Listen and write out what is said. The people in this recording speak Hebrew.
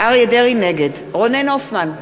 נגד רונן הופמן,